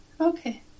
okay